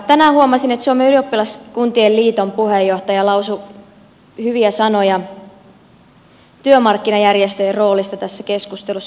tänään huomasin että suomen ylioppilaskuntien liiton puheenjohtaja lausui hyviä sanoja työmarkkinajärjestöjen roolista tässä keskustelussa